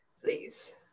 Please